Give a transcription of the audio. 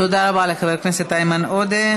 תודה רבה לחבר הכנסת איימן עודה.